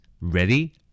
Ready